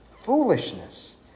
foolishness